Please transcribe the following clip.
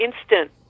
instant